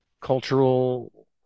cultural